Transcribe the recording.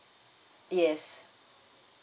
yes